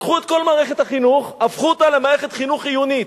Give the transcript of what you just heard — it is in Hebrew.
לקחו את כל מערכת החינוך והפכו אותה למערכת חינוך עיונית.